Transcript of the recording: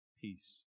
peace